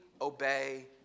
obey